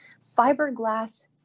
Fiberglass